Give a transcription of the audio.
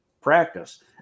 practice